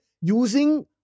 using